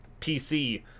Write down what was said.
PC